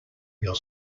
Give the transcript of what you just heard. your